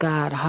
God